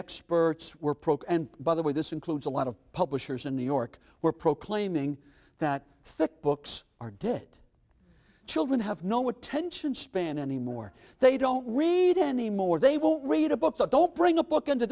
experts we're programmed by the way this includes a lot of publishers in new york were proclaiming that thick books are dead children have no attention span anymore they don't read anymore they won't read a book so don't bring a book into